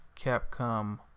Capcom